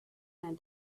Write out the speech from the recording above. man